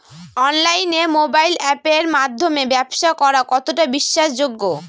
অনলাইনে মোবাইল আপের মাধ্যমে ব্যাবসা করা কতটা বিশ্বাসযোগ্য?